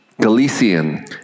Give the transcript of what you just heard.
Galician